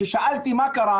כששאלתי מה קרה,